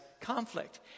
conflict